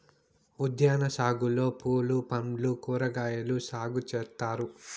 ఉద్యాన సాగులో పూలు పండ్లు కూరగాయలు సాగు చేత్తారు